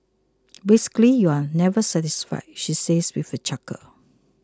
basically you're just never satisfied she says with a chuckle